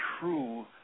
true